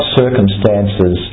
circumstances